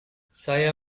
saya